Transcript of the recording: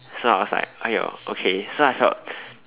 so I was like !aiyo! okay so I felt